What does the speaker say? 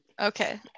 Okay